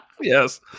Yes